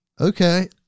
Okay